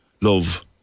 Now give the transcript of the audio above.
love-